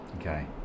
Okay